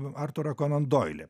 artūrą konan doilį